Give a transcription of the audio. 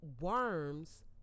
worms